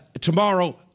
tomorrow